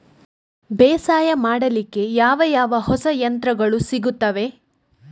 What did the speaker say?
ಬೇಸಾಯ ಮಾಡಲಿಕ್ಕೆ ಯಾವ ಯಾವ ಹೊಸ ಯಂತ್ರಗಳು ಸಿಗುತ್ತವೆ?